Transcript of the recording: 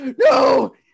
no